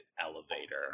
elevator